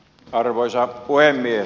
arvoisa puhemies